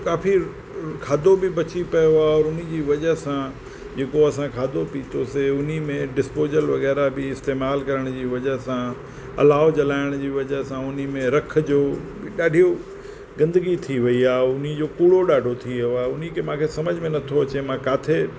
मुंहिंजो खाधो बि काफ़ी बची पियो आहे हुनजी वजह सां जेको असां खाधो पीतोसीं उन्हीअ में डिस्पोज़ल वग़ैरह बि इस्तेमालु करण जी वजह सां अलाव जलाइण जी वजह सां उन्हीअ में रख जो ॾाढियूं गंदगी थी वयी आहे उन्ही जो कूड़ो ॾाढो थी वियो आहे उन्ही खे मूंखे समुझ में नथो अचे मां किथे